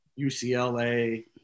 UCLA